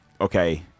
okay